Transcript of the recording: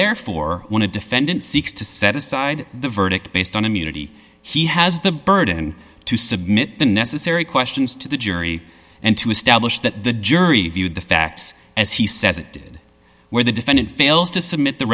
therefore when a defendant seeks to set aside the verdict based on immunity he has the burden to submit the necessary questions to the jury and to establish that the jury viewed the facts as he says it did where the defendant fails to submit the